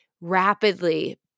rapidly